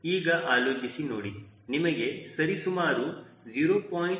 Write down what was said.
ಈಗ ಆಲೋಚಿಸಿ ನೋಡಿ ನಿಮಗೆ ಸರಿಸುಮಾರು 0